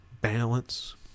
balance